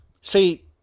see